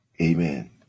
Amen